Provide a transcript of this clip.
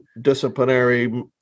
disciplinary